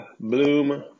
Bloom